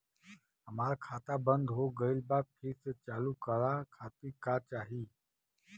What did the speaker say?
हमार खाता बंद हो गइल बा फिर से चालू करा खातिर का चाही?